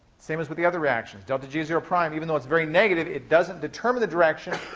same as with the other reactions. delta g zero prime, even though it's very negative, it doesn't determine the direction.